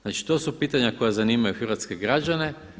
Znači to su pitanja koja zanimaju hrvatske građane.